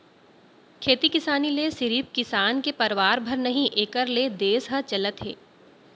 खेती किसानी ले सिरिफ किसान के परवार भर नही एकर ले देस ह चलत हे